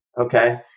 okay